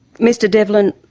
mr devlin,